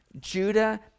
Judah